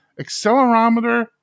accelerometer